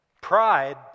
Pride